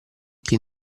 chi